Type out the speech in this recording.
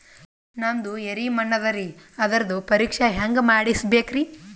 ನಮ್ದು ಎರಿ ಮಣ್ಣದರಿ, ಅದರದು ಪರೀಕ್ಷಾ ಹ್ಯಾಂಗ್ ಮಾಡಿಸ್ಬೇಕ್ರಿ?